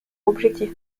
objectif